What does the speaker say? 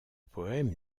poèmes